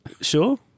Sure